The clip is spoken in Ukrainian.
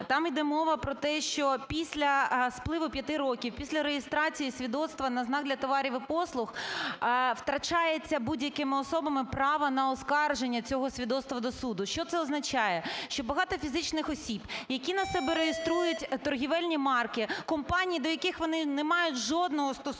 там іде мова про те, що після спливу 5 років після реєстрації свідоцтва на знак для товарів і послуг втрачається будь-якими особами право на оскарження цього свідоцтва до суду. Що це означає? Що багато фізичних осіб, які на себе реєструють торгівельні марки, компанії, до яких вони не мають жодного стосунку.